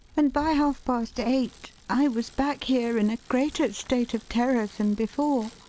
and by half-past eight i was back here in a greater state of terror than before.